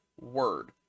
word